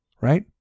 Right